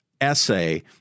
essay